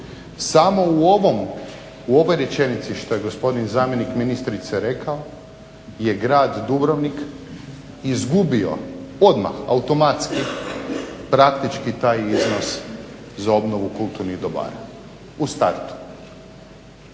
ovoj, u ovoj rečenici što je gospodin zamjenik ministrice rekao je grad Dubrovnik izgubio odmah, automatski praktički taj iznos za obnovu kulturnih dobara u startu.